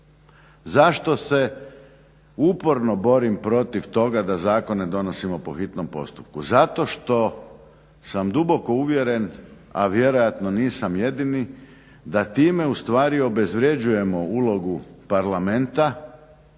Zašto se uporno borim protiv toga da zakone donosimo po hitnom postupku? zato što sam duboko uvjeren, a vjerojatno nisam jedini da time ustvari obezvređujemo ulogu Parlamenta,